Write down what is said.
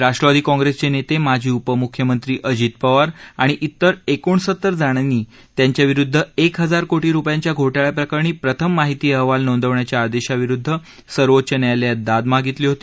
राष्ट्रवादी काँग्रेसचे नेते माजी उप मुख्यमंत्री अजित पवार आणि तिर एकोणसत्तर जणांनी त्यांच्याविरुद्ध एक हजार कोटी रुपयांच्या घोटाळ्याप्रकरणी प्रथम माहिती अहवाल नोंदवण्याच्या आदेशाविरुद्ध सर्वोच्च न्यायालयात दाद मागितली होती